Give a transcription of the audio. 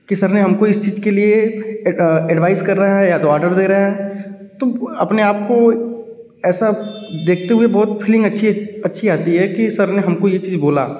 कि सर ने हमको इस चीज़ के लिए एडवाइज़ कर रहा है या तो ऑर्डर दे रहा है तो अपने आप को ऐसा देखते हुए बहुत फीलिंग अच्छी अच्छी आती है कि सर ने हमको ये चीज़ बोला